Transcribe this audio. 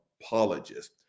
apologist